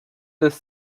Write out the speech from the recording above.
des